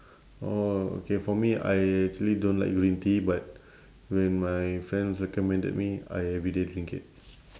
orh okay for me I actually don't like green tea but when my friends recommended me I every day drink it